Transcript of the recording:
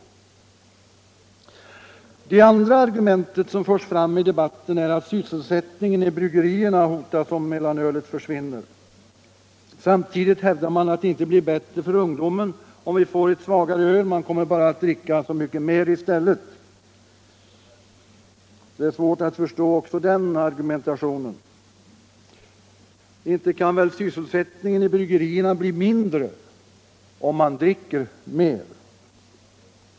Det andra argumentet som förs fram i debatten är att sysselsättningen i bryggerierna hotas om mellanölet försvinner. Samtidigt hävdas att det inte blir bättre för ungdomen om vi får ett svagare öl — man kommer bara att dricka så mycket mer i stället. Det är svårt att förstå också den argumentationen. Inte kan väl sysselsättningen i bryggerierna bli mindre om man dricker mer.